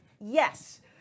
Yes